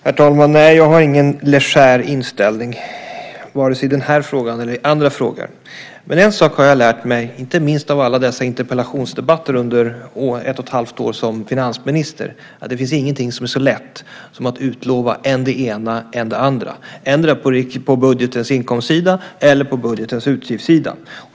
Herr talman! Nej, jag har ingen legär inställning, vare sig i den här frågan eller i andra frågor. Men en sak har jag lärt mig, inte minst av alla dessa interpellationsdebatter under ett och ett halvt år som finansminister, att ingenting är så lätt som att utlova än det ena än det andra, endera på budgetens inkomstsida eller på budgetens utgiftssida.